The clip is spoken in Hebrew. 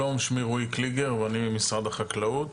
שלום שמי רואי קליגר ואני ממשרד החקלאות.